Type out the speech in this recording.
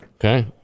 Okay